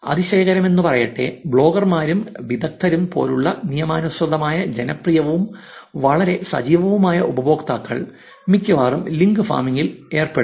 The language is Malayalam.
അതിശയകരമെന്നു പറയട്ടെ ബ്ലോഗർമാരും വിദഗ്ധരും പോലുള്ള നിയമാനുസൃതമായ ജനപ്രിയവും വളരെ സജീവവുമായ ഉപയോക്താക്കൾ മിക്കവാറും ലിങ്ക് ഫാമിംഗിൽ ഏർപ്പെടുന്നു